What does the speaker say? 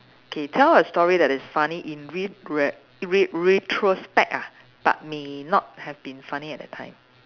K tell a story that is funny in re~ re~ re~ retrospect ah but may not have been funny at that time